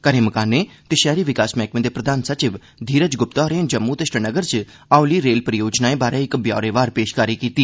घरें मकानें ते षैह्री विकास मैह्कमे दे प्रधान सचिव धीरज गुप्ता होरें जम्मू ते श्रीनगर च हौली रेल परियोजनाएं बारै इक ब्यौरेवार पेषकारी कीती